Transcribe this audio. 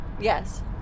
Yes